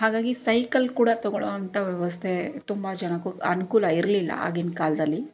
ಹಾಗಾಗಿ ಸೈಕಲ್ ಕೂಡ ತಗೊಳ್ಳೋವಂಥ ವ್ಯವಸ್ಥೆ ತುಂಬ ಜನಕ್ಕೂ ಅನುಕೂಲ ಇರಲಿಲ್ಲ ಆಗಿನ ಕಾಲದಲ್ಲಿ